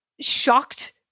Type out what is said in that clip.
shocked